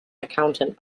accountant